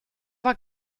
war